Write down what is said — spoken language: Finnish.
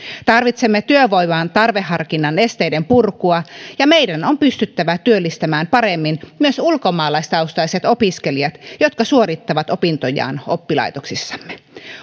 tarvitsemme työvoiman tarveharkinnan esteiden purkua ja meidän on pystyttävä työllistämään paremmin myös ulkomaalaistaustaiset opiskelijat jotka suorittavat opintojaan oppilaitoksissamme